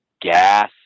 gas